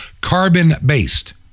Carbon-based